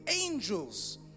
angels